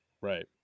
right